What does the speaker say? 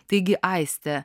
taigi aiste